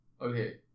Okay